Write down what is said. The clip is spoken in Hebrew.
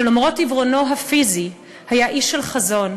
שלמרות עיוורונו הפיזי היה איש של חזון.